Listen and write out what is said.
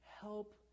Help